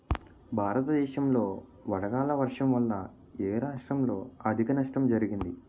భారతదేశం లో వడగళ్ల వర్షం వల్ల ఎ రాష్ట్రంలో అధిక నష్టం జరిగింది?